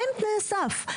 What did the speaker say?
מה הם תנאי הסף?